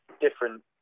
different